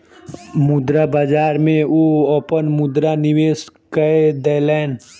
मुद्रा बाजार में ओ अपन मुद्रा निवेश कय देलैन